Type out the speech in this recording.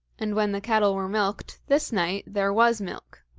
and when the cattle were milked this night there was milk.